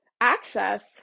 access